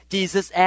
Jesus